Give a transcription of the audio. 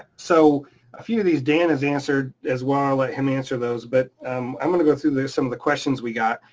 so a few of these dan has answered as well, i'll let him answer those, but um i'm gonna go through here some of the questions we got.